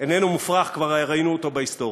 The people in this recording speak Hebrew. איננו מופרך, כבר ראינו אותו בהיסטוריה,